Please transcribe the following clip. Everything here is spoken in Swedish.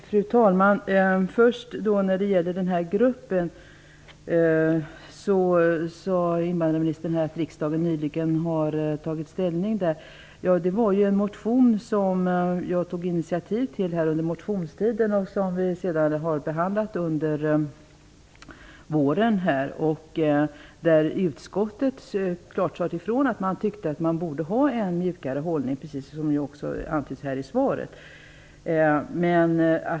Fru talman! När det gäller den här gruppen sade invandrarministern att riksdagen nyligen har tagit ställning, och det var ju med anledning av en motion som jag tog initiativ till under motionstiden och som sedan behandlades under våren. I utskottet sade man klart ifrån att man borde ha en mjukare hållning, precis som också antyds i svaret.